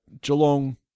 Geelong